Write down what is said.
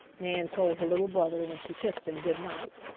nan told her little brother when she kissed him good-night,